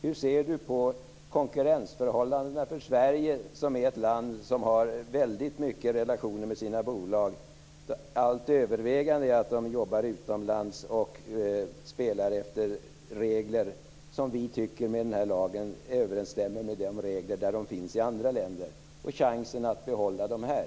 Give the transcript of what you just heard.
Hur ser Rolf Åbjörnsson på konkurrensförhållandena för Sverige, som är ett land vars bolag har väldigt många relationer och där det allt övervägande är att de jobbar utomlands och spelar efter regler som vi med den föreslagna lagen tycker överensstämmer med de regler som finns i andra länder? Och hur ser han på chansen att behålla dem här?